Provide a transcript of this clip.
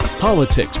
politics